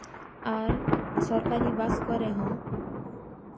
ᱟᱨ ᱥᱚᱨᱠᱟᱨᱤ ᱵᱟᱥ ᱠᱚᱨᱮ ᱦᱚᱸ